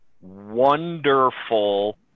wonderful